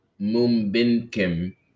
Mumbinkim